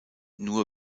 nur